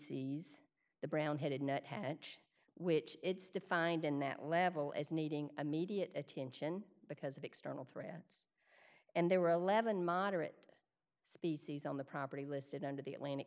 ies the brown headed net hench which it's defined in that level as needing immediate attention because of external threats and there were eleven moderate species on the property listed under the atlantic